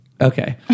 Okay